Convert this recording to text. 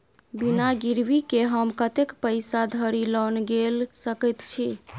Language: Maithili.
बिना गिरबी केँ हम कतेक पैसा धरि लोन गेल सकैत छी?